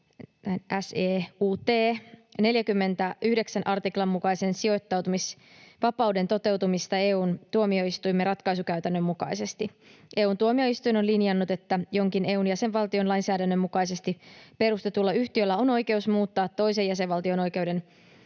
(SEUT) 49 artiklan mukaisen sijoittautumisvapauden toteutumista EU:n tuomioistuimen ratkaisukäytännön mukaisesti. EU:n tuomioistuin on linjannut, että jonkin EU:n jäsenvaltion lainsäädännön mukaisesti perustetulla yhtiöllä on oikeus muuttua toisen jäsenvaltion oikeuden